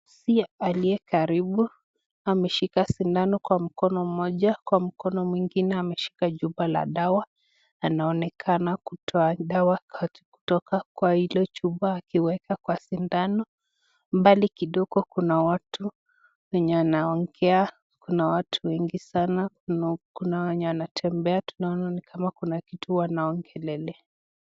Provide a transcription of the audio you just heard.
Sisi aliye karibu ameshika sindano kwa mkono mmoja, kwa mkono mwingine ameshika chupa la dawa anaonekana kutoa dawa kutoka kwa hilo chupa akiweka kwa sindano. Mbali kidogo kuna watu wenye wanaongea, kuna watu wengi sana, kuna wenye wanatembea, tunaona ni kama kuna kitu wanaongelelea.